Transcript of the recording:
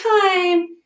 time